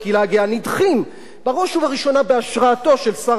בראש ובראשונה בהשראתו של שר המשפטים יעקב נאמן,